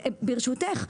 ליעד, ברשותך.